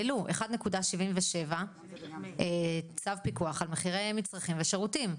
העלו 1.77% - צו פיקוח על מחירי מצרכים ושירותים,